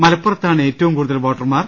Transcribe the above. മലപ്പുറ ത്താണ് ഏറ്റവും കൂടുതൽ വോട്ടർമാർ